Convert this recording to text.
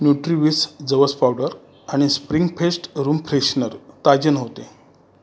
न्यूट्रीविस जवस पावडर आणि spring fest room freshener ताजे नव्हते